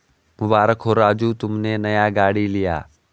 मुबारक हो राजू तुमने नया गाड़ी लिया